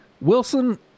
Wilson